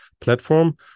platform